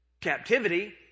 captivity